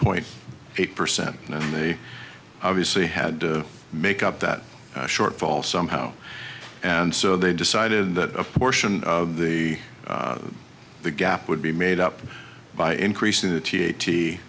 point eight percent and they obviously had to make up that shortfall somehow and so they decided that a portion of the the gap would be made up by increasing the t t